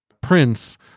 prince